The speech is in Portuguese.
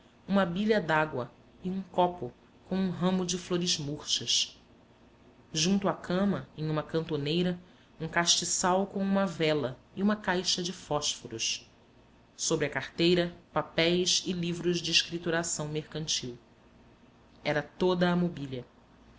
uma bilha d'água e um copo com um ramo de flores murchas junto à cama em uma cantoneira um castiçal com uma vela e uma caixa de fósforos sobre a carteira papéis e livros de escrituração mercantil era toda a mobília